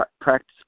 practice